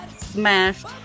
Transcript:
Smashed